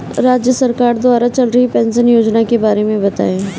राज्य सरकार द्वारा चल रही पेंशन योजना के बारे में बताएँ?